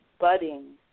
budding